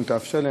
אם תאפשר לי,